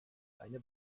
eine